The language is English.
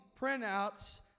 printouts